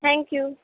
thank you